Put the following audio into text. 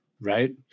Right